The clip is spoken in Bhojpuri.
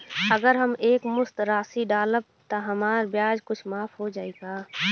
अगर हम एक मुस्त राशी डालब त हमार ब्याज कुछ माफ हो जायी का?